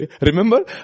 Remember